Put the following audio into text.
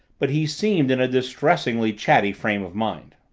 but he seemed in a distressingly chatty frame of mind.